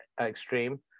extreme